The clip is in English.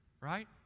Right